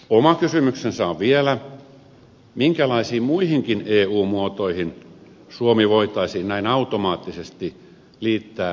oma kysymyksensä on vielä minkälaisiin muihinkin eu muotoihin suomi voitaisiin näin automaattisesti liittää jäseneksi